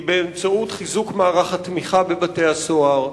היא חיזוק מערך התמיכה בבתי-הסוהר,